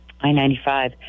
I-95